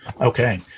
Okay